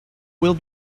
will